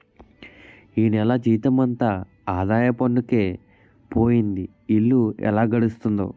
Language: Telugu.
ఈ నెల జీతమంతా ఆదాయ పన్నుకే పోయింది ఇల్లు ఎలా గడుస్తుందో